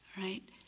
Right